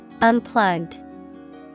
Unplugged